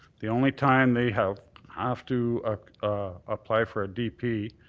the only time they have have to apply for a d p.